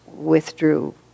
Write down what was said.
withdrew